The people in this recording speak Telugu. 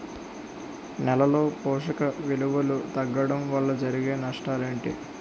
నేలలో పోషక విలువలు తగ్గడం వల్ల జరిగే నష్టాలేంటి?